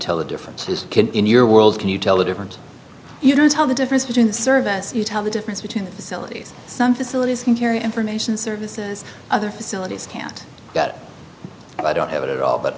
tell the difference is in your world can you tell the difference you don't tell the difference between service you tell the difference between facilities some facilities can carry information services other facilities can't get i don't have it all but